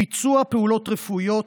ביצוע פעולות רפואיות,